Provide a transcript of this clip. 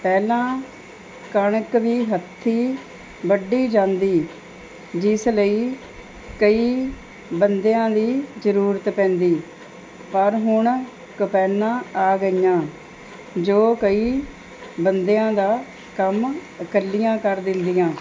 ਪਹਿਲਾਂ ਕਣਕ ਵੀ ਹੱਥੀਂ ਵੱਢੀ ਜਾਂਦੀ ਜਿਸ ਲਈ ਕਈ ਬੰਦਿਆਂ ਦੀ ਜ਼ਰੂਰਤ ਪੈਂਦੀ ਪਰ ਹੁਣ ਕਪੈਨਾ ਆ ਗਈਆਂ ਜੋ ਕਈ ਬੰਦਿਆਂ ਦਾ ਕੰਮ ਇਕੱਲੀਆਂ ਕਰ ਦਿੰਦੀਆਂ